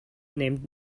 named